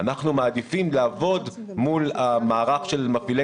אנחנו מעדיפים לעבוד מול המערך של מפעילי